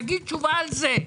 תגיד תשובה על זה.